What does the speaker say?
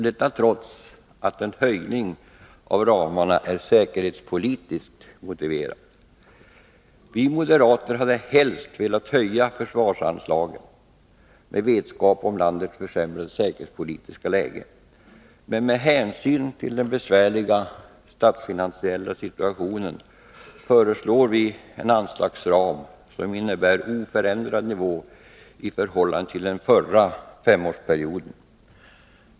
Detta trots att en höjning av ramarna är säkerhetspolitiskt motiverad. Vi moderater hade helst velat höja försvarsanslagen med tanke på den vetskap vi har om landets försämrade säkerhetspolitiska läge. Men med hänsyn till den besvärliga statsfinansiella situationen föreslår vi en anslagsram, som innebär en oförändrad nivå i förhållande till den förra femårsperioden.